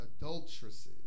adulteresses